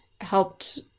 helped